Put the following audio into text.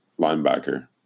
Linebacker